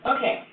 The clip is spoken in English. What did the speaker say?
Okay